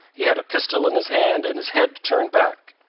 he had a pistol in his hand, and his head turned back.